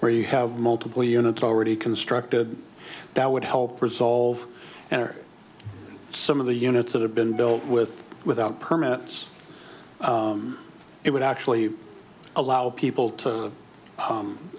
where you have multiple units already constructed that would help resolve and some of the units that have been built with without permits it would actually allow people to